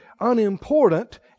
Unimportant